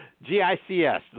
G-I-C-S